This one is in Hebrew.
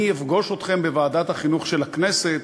אני אפגוש אתכם בוועדת החינוך של הכנסת